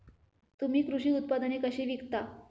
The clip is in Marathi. तुम्ही कृषी उत्पादने कशी विकता?